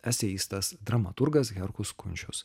eseistas dramaturgas herkus kunčius